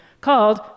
called